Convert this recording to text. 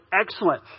excellent